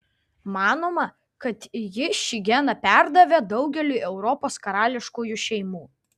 manoma kad ji šį geną perdavė daugeliui europos karališkųjų šeimų